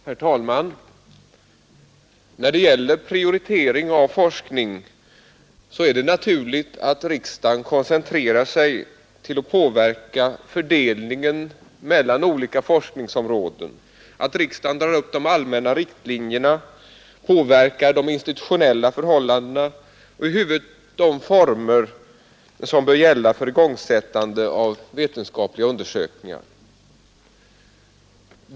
Herr talman! När det gäller prioritering av forskning är det naturligt att riksdagen koncentrerar sig till att påverka fördelningen mellan olika forskningsområden, att riksdagen drar upp de allmänna riktlinjerna, påverkar de institutionella förhållandena och över huvud de former som bör gälla för igångsättande av vetenskapliga undersökningar.